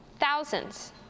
thousands